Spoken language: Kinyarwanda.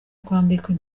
kwambikwa